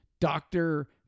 doctor